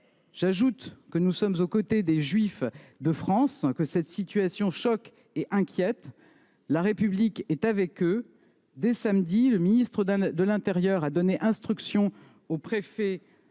J’ajoute que nous sommes aux côtés des juifs de France, que cette situation choque et inquiète. La République est avec eux. Dès samedi dernier, le ministre de l’intérieur a donné instruction aux préfets